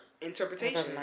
interpretation